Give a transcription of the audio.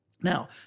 Now